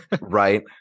right